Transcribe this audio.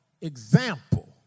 example